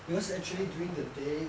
because actually during the day